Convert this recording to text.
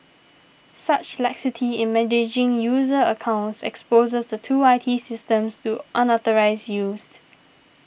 such laxity in managing user accounts exposes the two I T systems to unauthorised used